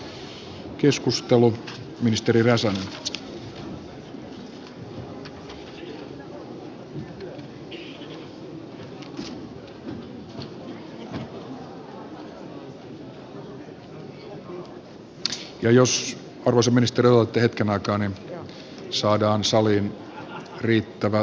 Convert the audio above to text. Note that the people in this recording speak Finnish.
ja jos arvoisa ministeri räsänen odotatte hetken aikaa niin saadaan saliin riittävä työrauha